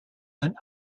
ein